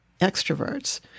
extroverts